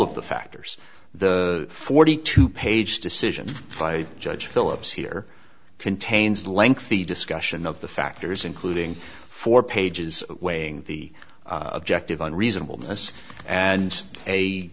of the factors the forty two page decision by judge phillips here contains lengthy discussion of the factors including four pages weighing the objective and reasonable as and a